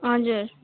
हजुर